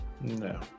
no